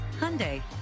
Hyundai